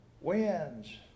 wins